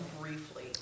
briefly